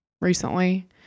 recently